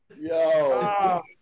Yo